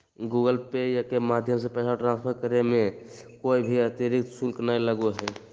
Google Pay के माध्यम से पैसा ट्रांसफर करे मे कोय भी अतरिक्त शुल्क नय लगो हय